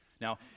Now